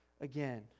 again